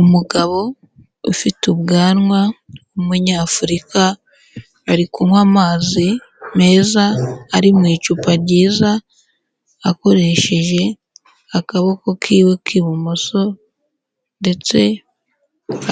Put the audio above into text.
Umugabo ufite ubwanwa w'umunyafurika, ari kunywa amazi meza, ari mu icupa ryiza, akoresheje akaboko kiwe k'ibumoso ndetse